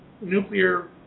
nuclear